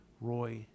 Roy